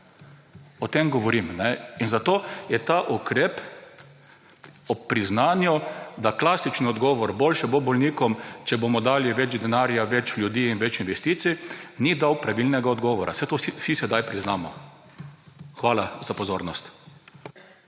O tem govorim. In zato je ta ukrep ob priznanju, da klasični odgovor boljše bo bolnikom, če bomo dali več denarja, več ljudi in več investicij ni dal pravilnega odgovora. Saj to vsi sedaj priznamo. Hvala za pozornost.